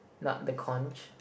not the conch